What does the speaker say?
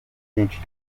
byinshi